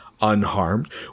unharmed